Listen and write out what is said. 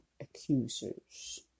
accusers